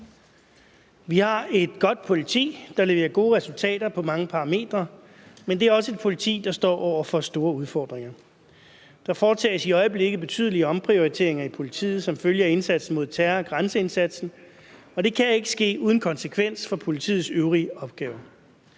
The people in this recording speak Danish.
Vi har et godt politi, der leverer gode resultater på mange parametre, men det er også et politi, der står over for store udfordringer. Der foretages i øjeblikket betydelige omprioriteringer i politiet som følge af indsatsen mod terror og grænseindsatsen, og det kan ikke ske uden konsekvens for politiets øvrige opgaver.